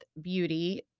Beauty